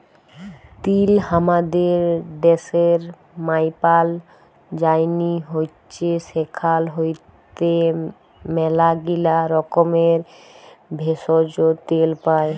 তিল হামাদের ড্যাশের মায়পাল যায়নি হৈচ্যে সেখাল হইতে ম্যালাগীলা রকমের ভেষজ, তেল পাই